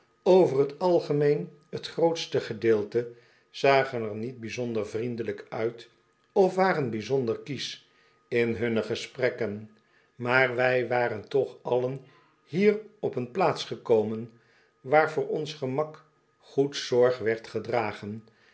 over t algemeen t grootste gedeelte zagen er niet bijzonder vriendelyk uit of waren bijzonder kiesch in hunne gesprekken maar wij waren toch allen hier op een plaats gekomen waar voor ons gemak goed zorg werd gedragen